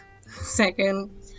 Second